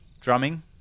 drumming